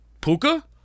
Puka